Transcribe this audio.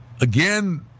again